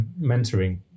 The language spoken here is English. mentoring